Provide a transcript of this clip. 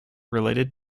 related